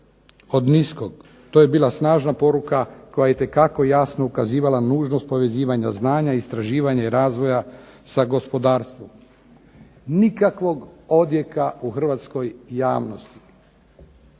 od niskog. To je bila snažna poruka koja je itekako jasno ukazivala nužnost povezivanja znanja i istraživanja i razvoja za gospodarstvo. Nikakvog odjeka u hrvatskoj javnosti.